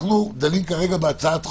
אנחנו דנים כרגע בהצעת חוק,